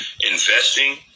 investing